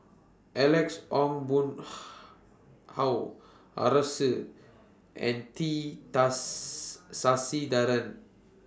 Alex Ong Boon Hau Arasu and T Does Sasitharan